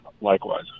likewise